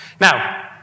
Now